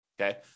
Okay